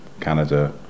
Canada